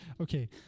Okay